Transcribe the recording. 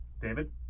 David